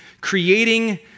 creating